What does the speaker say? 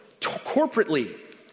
corporately